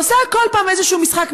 עושה כל פעם איזשהו משחק,